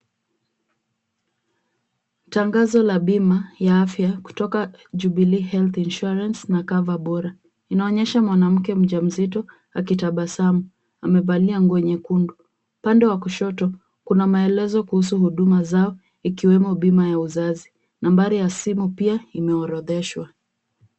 Tangazo la bima ya afya kutoka Jubilee Health Insurance na Cover Bora. Inaonyesha mwanamke mjamzito akitabasamu. Amevalia nguo nyekundu. Upande wa kushoto kuna maelezo kuhusu huduma zao ikiwemo bima ya uzazi. Nambari ya simu pia imeorodheshwa.